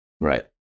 Right